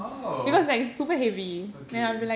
oh okay